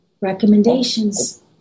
recommendations